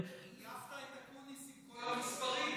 עייפת את אקוניס עם כל המספרים.